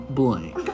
blank